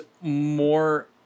more